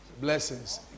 Blessings